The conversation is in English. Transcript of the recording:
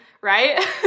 Right